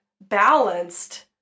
balanced